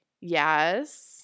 yes